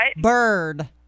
Bird